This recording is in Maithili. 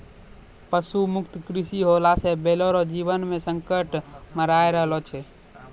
पशु मुक्त कृषि होला से बैलो रो जीवन मे संकट मड़राय रहलो छै